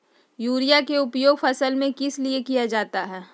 Urea के उपयोग फसल में किस लिए किया जाता है?